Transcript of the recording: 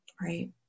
right